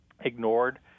ignored